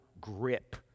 grip